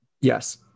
Yes